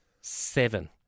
seven